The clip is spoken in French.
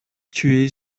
tué